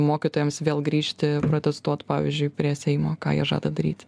mokytojams vėl grįžti protestuot pavyzdžiui prie seimo ką jie žada daryt